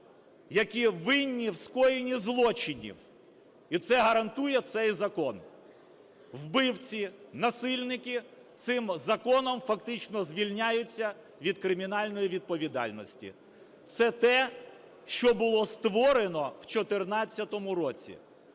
які винні в скоєнні злочинів, і це гарантує цей закон. Убивці, насильники цим законом фактично звільняються від кримінальної відповідальності – це те, що було створено в 14-му році.